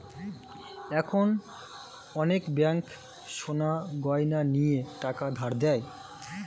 এখন অনেক ব্যাঙ্ক সোনার গয়না নিয়ে টাকা ধার দেয়